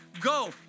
Go